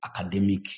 academic